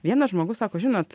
vienas žmogus sako žinot